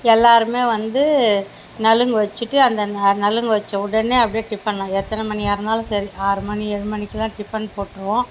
எல்லோருமே வந்து நலங்கு வச்சுட்டு அந்த நலங்கு வச்ச உடனே அப்டே டிஃபன்லாம் எத்தனை மணியாருந்தாலும் சரி ஆறு மணி ஏழு மணிக்கெல்லாம் டிஃபன் போட்டுடுவோம்